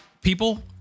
people